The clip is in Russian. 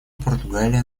португалия